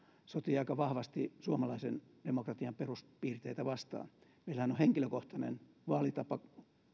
sotii aika vahvasti suomalaisen demokratian peruspiirteitä vastaan meillähän on henkilökohtainen vaalitapa